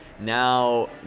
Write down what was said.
Now